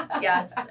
yes